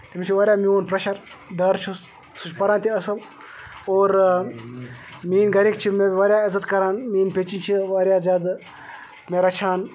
تٔمِس چھُ واریاہ میوٚن پرٛیٚشَر ڈَر چھُس سُہ چھِ پَران تہِ اَصٕل اور میٛٲنۍ گَرِکۍ چھِ مےٚ واریاہ عزت کَران میٛٲنۍ پیٚچیٚن چھِ واریاہ زیادٕ مےٚ رَچھان